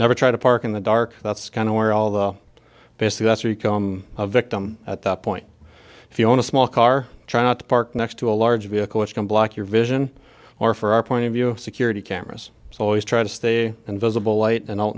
never try to park in the dark that's kind of where all the basically that's become a victim at that point if you own a small car trying not to park next to a large vehicle which can block your vision or for our point of view of security cameras so always try to stay invisible light and out